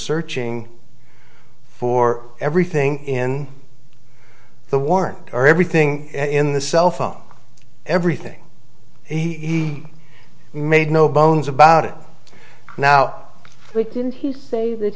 searching for everything in the warrant or everything in the cell phone everything he made no bones about it now we couldn't he say that